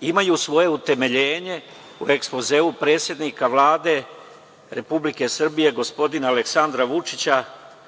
imaju svoje utemeljenje u ekspozeu predsednika Vlade Republike Srbije gospodina Aleksandra Vučića,